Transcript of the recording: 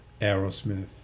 Aerosmith